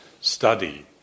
study